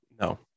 No